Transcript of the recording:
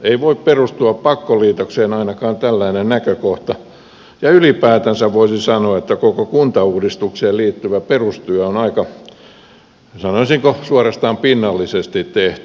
ei voi perustua pakkoliitokseen ainakaan tällainen näkökohta ja ylipäätänsä voisi sanoa että koko kuntauudistukseen liittyvä perustyö on aika sanoisinko suorastaan pinnallisesti tehty